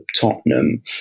Tottenham